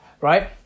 Right